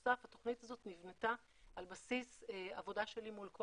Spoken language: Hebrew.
התוכנית הזאת נבנתה על בסיס עבודה שלי מול כל